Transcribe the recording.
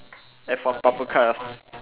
F one bumper cars